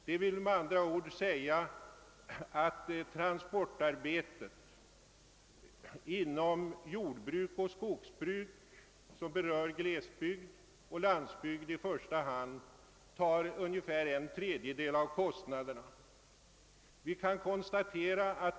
Det vill med andra ord säga att transportarbetet inom jordbruk och skogsbruk, som ju i första hand berör glesbygd och landsbygd, tar ungefär en tredjedel av kostnaderna.